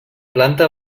planta